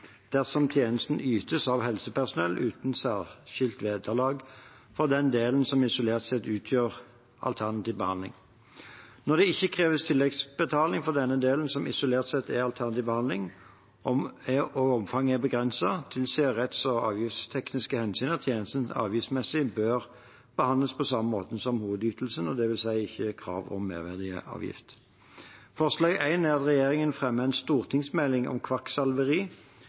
dersom tjenesten ytes av helsepersonell uten særskilt vederlag for den delen som isolert sett utgjør alternativ behandling. Når det ikke kreves tilleggsbetaling for den delen som isolert sett er alternativ behandling, og omfanget er begrenset, tilsier retts- og avgiftstekniske hensyn at tjenesten avgiftsmessig bør behandles på samme måte som hovedytelsen, det vil si at det ikke er krav om merverdiavgift. Forslag nr. 1 er at regjeringen fremmer en stortingsmelding om kvakksalveri,